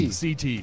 CT